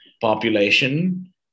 population